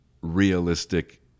realistic